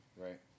right